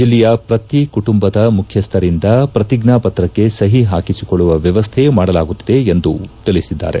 ಜಿಲ್ಲೆಯ ಪ್ರತಿ ಕುಟುಂಬದ ಮುಖ್ಯಸ್ಥರಿಂದ ಪ್ರತಿಜ್ಞಾ ಪತ್ರಕ್ಕೆ ಸಹಿ ಹಾಕಿಸಿಕೊಳ್ಳುವ ವ್ದವಸ್ಥೆ ಮಾಡಲಾಗುತ್ತಿದೆ ಎಂದು ತಿಳಿಸಿದ್ದಾರೆ